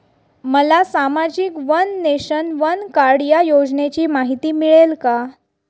मला सामाजिक one nation, one card या योजनेची माहिती मिळेल का?